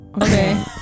Okay